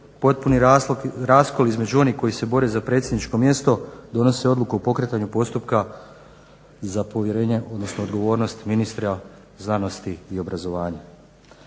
potpuni raskol između onih koji se bore za predsjedničko mjesto, donose odluku o pokretanju postupka za povjerenje odnosno odgovornost ministra znanosti i obrazovanja.